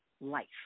life